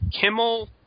Kimmel